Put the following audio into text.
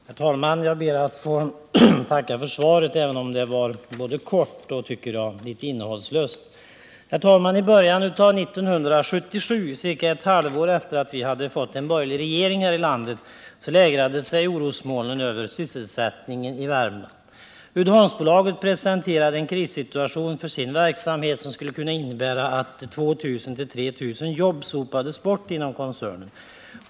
Herr talman! Jag ber att få tacka för svaret, även om det var både kort och, tycker jag, rätt innehållslöst. I början av 1977, ca ett halvår efter det att vi fått en borgerlig regering här i landet, lägrade sig orosmolnen över sysselsättningen i Värmland. Uddeholmsbolaget presenterade en krissituation för sin verksamhet som skulle kunna innebära att 2 000-3 000 jobb sopades bort inom koncernen.